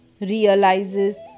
realizes